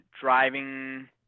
driving